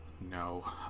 No